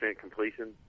completion